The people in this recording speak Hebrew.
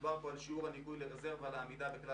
מדובר על שיעור הניכוי לרזרבה לעמידה בכלל